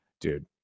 dude